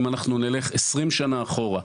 אם אנחנו נלך עשרים שנה אחורה,